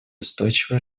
устойчивое